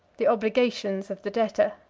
the obligations of the debtor.